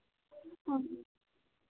हाँ जी